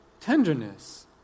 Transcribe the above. tenderness